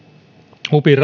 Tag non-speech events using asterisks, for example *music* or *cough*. upin *unintelligible*